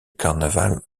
carnaval